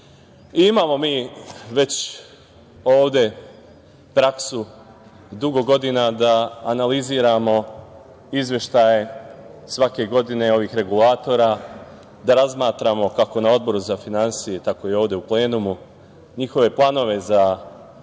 mi već ovde praksu dugo godina da analiziramo izveštaje svake godine ovih regulatora, da razmatramo kako na Odboru za finansije, tako i ovde u plenumu njihove planove za finansiranja